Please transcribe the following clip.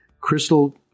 Crystal